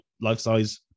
life-size